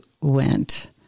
went